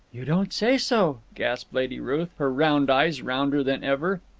you don't say so, gasped lady ruth, her round eyes rounder than ever.